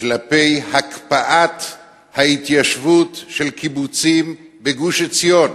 כלפי הקפאת ההתיישבות של קיבוצים בגוש-עציון,